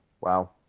wow